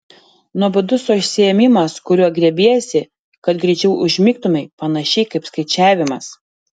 nuobodus užsiėmimas kurio griebiesi kad greičiau užmigtumei panašiai kaip skaičiavimas